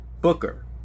Booker